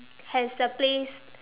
has a place